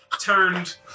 turned